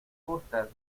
justas